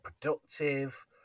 productive